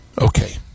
okay